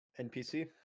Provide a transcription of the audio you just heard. NPC